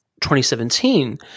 2017